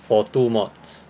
for two mods